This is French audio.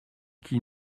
qui